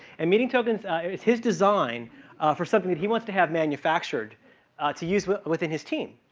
and meeting tokens is his design for something that he wants to have manufactured to use within his team.